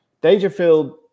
Dangerfield